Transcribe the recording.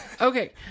okay